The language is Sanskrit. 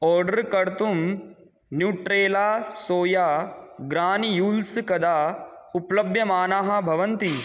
ओर्डर् कर्तुं न्युट्रेला सोया ग्रानियूल्स् कदा उपलभ्यमानाः भवन्ति